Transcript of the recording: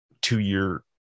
two-year